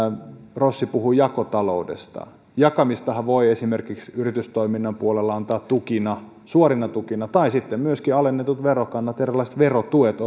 rossi puhui jakotaloudesta ja jakamistahan voi esimerkiksi yritystoiminnan puolella antaa tukina suorina tukina tai sitten myöskin alennetut verokannat erilaiset verotuet